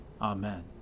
Amen